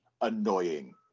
annoying